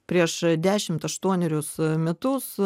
prieš dešimt aštuonerius metus